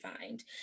find